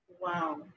Wow